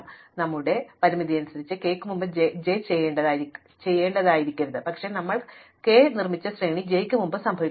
അതിനാൽ നമ്മുടെ പരിമിതിക്കനുസരിച്ച് k ന് മുമ്പ് j ചെയ്യേണ്ടതായിരിക്കരുത് പക്ഷേ നമ്മൾ k നിർമ്മിച്ച ശ്രേണി j ന് മുമ്പ് സംഭവിക്കുന്നു